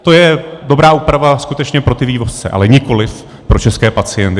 To je dobrá úprava skutečně pro ty vývozce, ale nikoliv pro české pacienty.